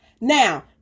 Now